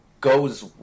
goes